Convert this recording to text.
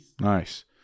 Nice